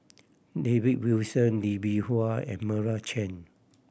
David Wilson Lee Bee and Meira Chand